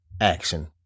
action